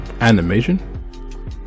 animation